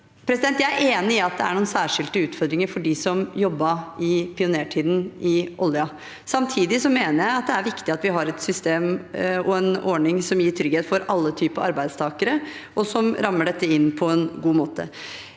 Jeg er enig i at det er noen særskilte utfordringer for dem som jobbet i pionértiden i oljen. Samtidig mener jeg det er viktig at vi har et system og en ordning som gir trygghet for alle typer arbeidstakere, og som rammer dette inn på en god måte.